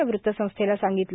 या वृत्तसंस्थेला सांगितलं